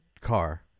car